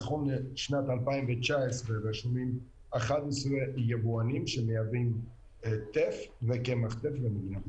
נכון לשנת 2019 רשומים 11 יבואנים שמייבאים טף וקמח טף למדינה ישראל.